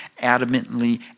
adamantly